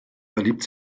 verliebt